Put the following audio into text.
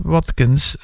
Watkins